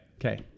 Okay